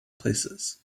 places